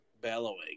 bellowing